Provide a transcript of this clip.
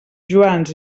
joans